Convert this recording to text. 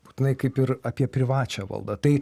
būtinai kaip ir apie privačią valdą tai